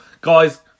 guys